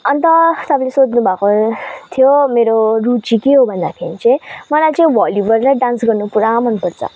अन्त तपाईँले सोध्नु भाएको थियो मेरो रुचि के हो भन्दाखेरि चाहिँ मलाई चाहिँ भलिबल र डान्स गर्नु पुरा मन पर्छ